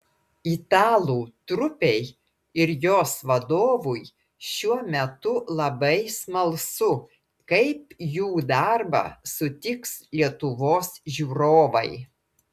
italų trupei ir jos vadovui šiuo metu labai smalsu kaip jų darbą sutiks lietuvos žiūrovai